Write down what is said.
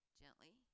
gently